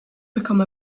become